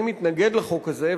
אני מתנגד לחוק הזה,